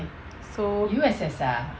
so